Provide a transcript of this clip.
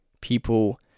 People